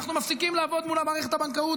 אנחנו מפסיקים לעבוד מול מערכת הבנקאות